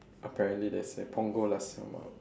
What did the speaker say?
apparently they say punggol nasi lemak